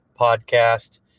podcast